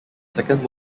second